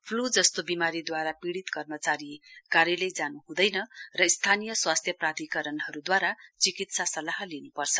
flu जस्तो विमारीद्वारा पीडित कर्मचारी कार्यालय जान् हूँदैन र स्थानीय स्वास्थ्य प्राधिकरणहरूद्वारा चिकित्सा सल्लाह लिनुपर्छ